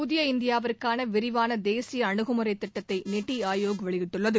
புதிய இந்தியாவுக்கான விரிவான தேசிய அணுகுமுறை திட்டத்தை நித்தி ஆயோக் வெளியிட்டுள்ளது